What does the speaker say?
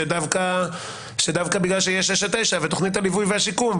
שדווקא בגלל שיש שש עד תשע ותוכנית הליווי והשיקום,